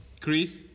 Chris